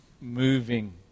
moving